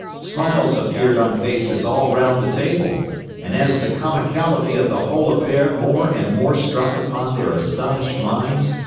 smiles appeared on faces all round the table and as the comicality of the whole affair more and more struck upon their astonished minds,